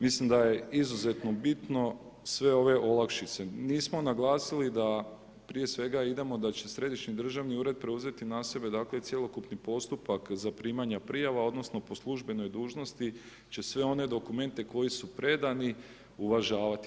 Mislim da je izuzetno bitno sve ove olakšice, nismo naglasili da prije svega idemo, da će središnji državni ured preuzeti na sebe dakle cjelokupni postupak zaprimanja prijava, odnosno po službenoj dužnosti će sve one dokumente koji su predani uvažavati.